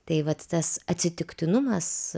tai vat tas atsitiktinumas